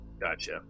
Gotcha